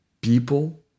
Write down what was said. people